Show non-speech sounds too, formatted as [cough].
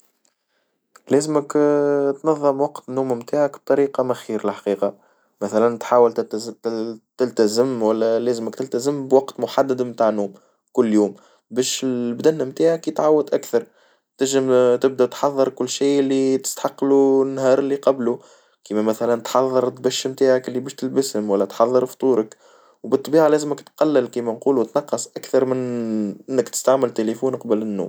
لازمك [hesitation] تنظم وقت النوم متاعك بطريقة مخير الحقيقة، مثلًا تحاول تلتجم ولا لازمك تلتزم تلتزم بوقت محدد متاع النوم كل يوم باش البدن متاعك يتعود أكثر، تجم [hesitation] تبدأ تحضر كل شيء اللي تستحق لو النهار لي قبلو، كيما مثلًا تحضر البش نتاعك اللي باش تلبسهم والا تحضر فطورك، وبالطبيعة لازمك تقلل كيما نقولوا تنقص أكثر من إنك تستعمل تيليفونك قبل النوم.